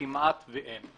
- כמעט ואין.